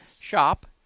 Shop